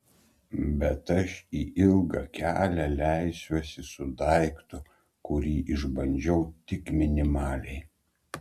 bet aš į ilgą kelią leisiuosi su daiktu kurį išbandžiau tik minimaliai